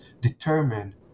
determine